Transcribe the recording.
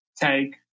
take